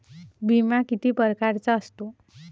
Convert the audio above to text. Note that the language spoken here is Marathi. बिमा किती परकारचा असतो?